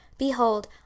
Behold